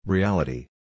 Reality